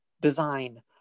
design